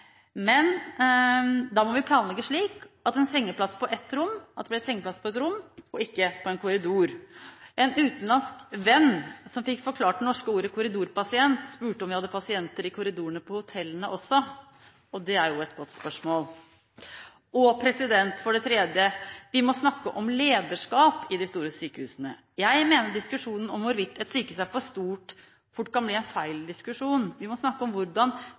Men da må vi planlegge slik at det blir sengeplass på et rom og ikke i en korridor. En utenlandsk venn som fikk forklart det norske ordet korridorpasient, spurte om vi hadde pasienter i korridorene på hotellene også. Det er jo et godt spørsmål. For det tredje: Vi må snakke om lederskap på de store sykehusene. Jeg mener diskusjonen om hvorvidt et sykehus er for stort, fort kan bli en feil diskusjon. Vi må snakke om hvordan